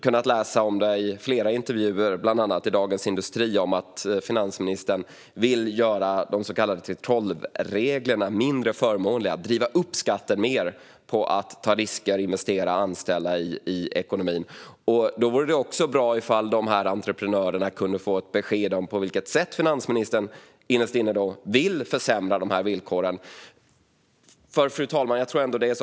Vi har i flera intervjuer, bland annat i Dagens industri, kunnat läsa om att finansministern vill göra de så kallade 3:12-reglerna mindre förmånliga och driva upp skatten mer på att ta risker, investera och anställa i ekonomin. Det vore bra om dessa entreprenörer kunde få besked om på vilket sätt finansministern innerst inne vill försämra dessa villkor. Fru talman!